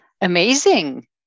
Amazing